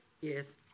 Yes